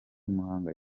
muhanga